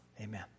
Amen